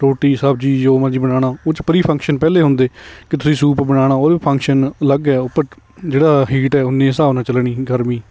ਰੋਟੀ ਸਬਜ਼ੀ ਜੋ ਮਰਜ਼ੀ ਬਣਾਉਣਾ ਉਹ 'ਚ ਪਰੀ ਫੰਕਸ਼ਨ ਪਹਿਲੇ ਹੁੰਦੇ ਕਿ ਤੁਸੀਂ ਸੂਪ ਬਣਾਉਣਾ ਉਹਦੇ ਵੀ ਫੰਕਸ਼ਨ ਅਲੱਗ ਹੈ ਉੱਪਰ ਜਿਹੜਾ ਹੀਟ ਹੈ ਓਨੇ ਹਿਸਾਬ ਨਾਲ ਚੱਲਣੀ ਗਰਮੀ